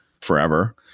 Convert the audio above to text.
forever